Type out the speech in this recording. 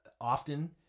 often